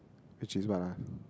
which is what ah